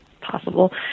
possible